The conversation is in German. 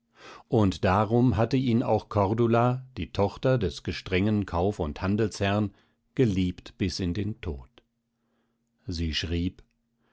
und darum hatte ihn auch cordula die tochter des gestrengen kauf und handelsherrn geliebt bis in den tod sie schrieb